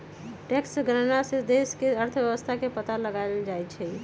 tax गणना से देश के अर्थव्यवस्था के पता लगाएल जाई छई